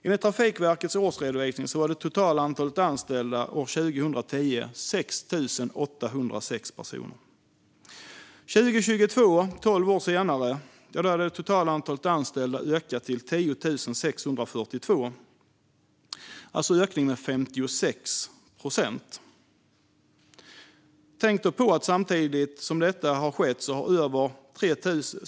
Enligt Trafikverkets årsredovisning var det totala antalet anställda 6 806 år 2010. Tolv år senare, 2022, hade det totala antalet anställda ökat till 10 642. Det är en ökning med 56 procent.